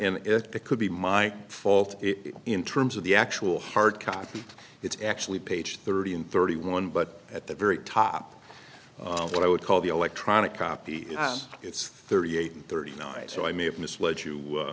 if it could be my fault it in terms of the actual hard copy it's actually page thirty in thirty one but at the very top of what i would call the electronic copy it's thirty eight and thirty nine so i may have misled you